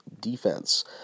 defense